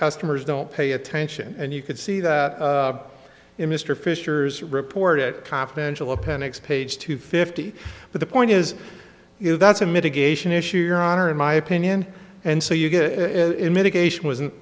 customers don't pay attention and you could see that in mr fisher's report it confidential appendix page to fifty but the point is if that's a mitigation issue your honor in my opinion and so you get in mitigation wasn't